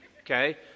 okay